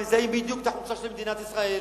הם מזהים בדיוק את החולשה של מדינת ישראל,